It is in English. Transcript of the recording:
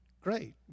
Great